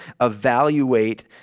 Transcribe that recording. evaluate